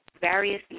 various